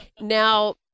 Now